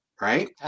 right